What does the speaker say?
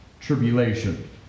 tribulation